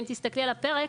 אם תסתכלי על הפרק,